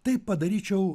tai padaryčiau